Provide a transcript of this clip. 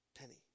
penny